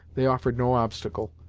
they offered no obstacle,